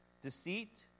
deceit